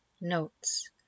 Notes